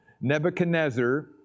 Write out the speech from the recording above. Nebuchadnezzar